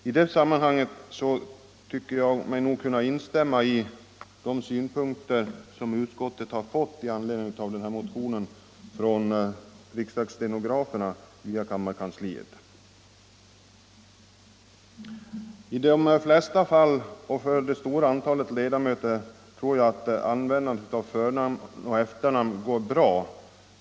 I det sammanhanget tycker jag mig kunna instämma i de synpunkter som framförts till utskottet i anledning av motionen från riksdagsstenograferna via kammarkansliet. I de flesta fall och för det stora antalet ledmöter tror jag att användandet av förnamn och efternamn går bra.